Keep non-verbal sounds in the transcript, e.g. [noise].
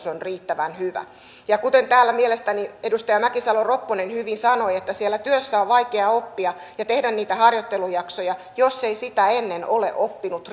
[unintelligible] on riittävän hyvä täällä edustaja mäkisalo ropponen mielestäni hyvin sanoi että siellä työssä on vaikea oppia ja tehdä niitä harjoittelujaksoja jos ei sitä ennen ole oppinut [unintelligible]